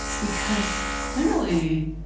because clearly,